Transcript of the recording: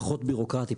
פחות בירוקרטי,